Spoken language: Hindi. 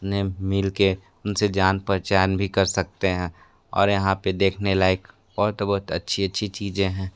ने मिल कर उन से जान पहचान भी कर सकते हैं और यहाँ पे देखने लायक़ और तो बहुत अच्छी अच्छी चीज़ें हैं